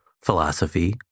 philosophy